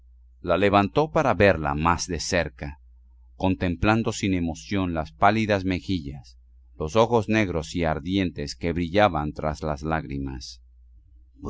la levantó para verla más de cerca contemplando sin emoción las pálidas mejillas los ojos negros y ardientes que brillaban tras las lágrimas